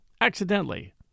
accidentally